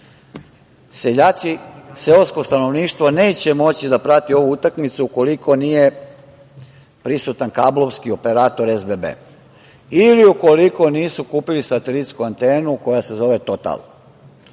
seljaci, seosko stanovništvo neće moći da prati ovu utakmicu ukoliko nije prisutan kablovski operater SBB ili ukoliko nisu kupili satelitsku antenu koja se zove „Total“.